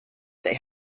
they